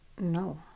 No